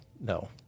no